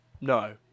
no